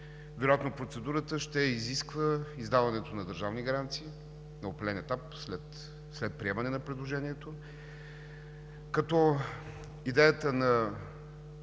Вероятно процедурата ще изисква издаването на държавни гаранции на определен етап след приемане на предложението, като идеята,